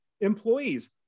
employees